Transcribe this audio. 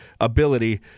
ability